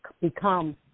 become